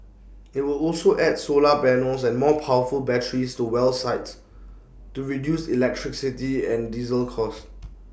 IT would also add solar panels and more powerful batteries to well sites to reduce electricity and diesel costs